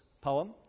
poem